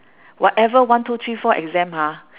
whatever one two three four exam ha